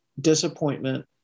disappointment